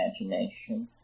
imagination